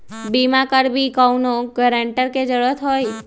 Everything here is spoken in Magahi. बिमा करबी कैउनो गारंटर की जरूरत होई?